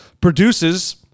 produces